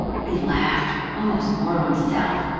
he laughed, almost more to himself.